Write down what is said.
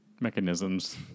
mechanisms